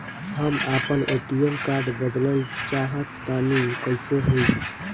हम आपन ATM card बदलल चाह तनि कइसे होई?